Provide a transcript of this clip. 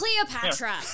Cleopatra